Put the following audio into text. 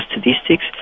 statistics